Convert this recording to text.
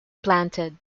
planted